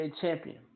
champion